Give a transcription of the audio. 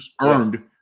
earned